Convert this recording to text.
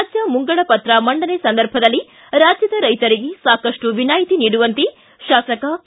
ರಾಜ್ಯ ಮುಂಗಡ ಪತ್ರ ಮಂಡನೆ ಸಂದರ್ಭದಲ್ಲಿ ರಾಜ್ಯದ ರೈತರಿಗೆ ಸಾಕಷ್ಟು ವಿನಾಯಿತಿ ನೀಡುವಂತೆ ಶಾಸಕ ಕೆ